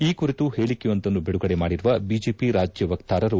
ಈ ಕುರಿತು ಹೇಳಿಕೆಯೊಂದನ್ನು ಬಿಡುಗಡೆ ಮಾಡಿರುವ ಬಿಜೆಪಿ ರಾಜ್ಯ ವಕ್ತಾರರು